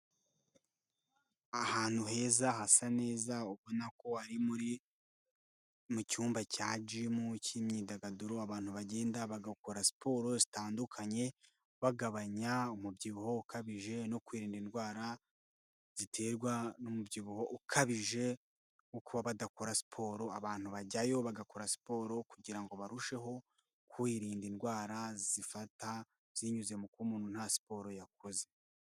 Ahantu heza hasa neza ubona ko ari muri, mu cyumba cya gym cy'imyidagaduro abantu bagenda bagakora siporo zitandukanye bagabanya umubyibuho ukabije no kwirinda indwara ziterwa n'umubyibuho ukabije wo kuba badakora siporo. Abantu bajyayo bagakora siporo kugira ngo barusheho kwirinda indwara zifata zinyuze mu kuba umuntu nta siporo yakoze.